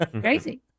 Crazy